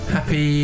Happy